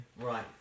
right